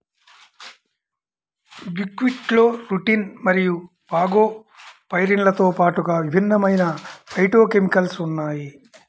బుక్వీట్లో రుటిన్ మరియు ఫాగోపైరిన్లతో పాటుగా విభిన్నమైన ఫైటోకెమికల్స్ ఉన్నాయి